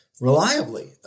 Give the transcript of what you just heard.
reliably